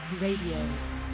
Radio